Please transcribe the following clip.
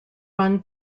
run